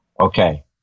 Okay